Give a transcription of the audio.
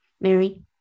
Mary